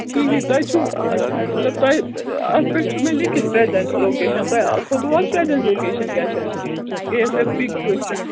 ٹھیٖک ٹھیٖک تۄہہِ چھُو مطلب تۄہہِ اَتھ پٮ۪ٹھ چھُ مےٚ لیٖکھِتھ پرٛٮ۪زیٚنٛٹ لوکیشَن تۄہہِ کھوٚتوٕ حظ پرٛٮ۪زیٚنٛٹ لوکیشَن کیٛاہ چھِ اَتھ یہِ تۄہہِ پِک چھُو أسۍ کَرٕنۍ